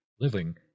living